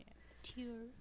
Tear